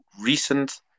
recent